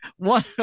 one